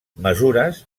mesures